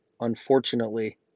Unfortunately